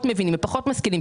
שפחות מבינים ופחות משכילים,